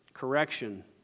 Correction